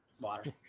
water